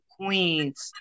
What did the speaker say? queens